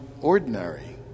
ordinary